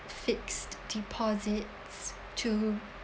fixed deposits to